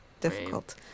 difficult